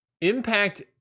Impact